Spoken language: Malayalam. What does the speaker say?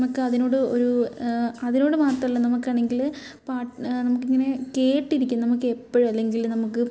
നമുക്ക് അതിനോട് ഒരു അതിനോട് മാത്രമല്ല നമുക്കാണെങ്കിൽ പാട്ടിന് നമുക്കിങ്ങനെ കേട്ടിരിക്കാം നമുക്കെപ്പോഴും അല്ലെങ്കിൽ നമുക്ക്